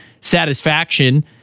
satisfaction